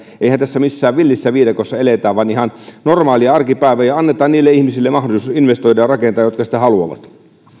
eihän tässä missään villissä viidakossa eletä vaan ihan normaalia arkipäivää annetaan niille ihmisille mahdollisuus investoida ja rakentaa jotka sitä haluavat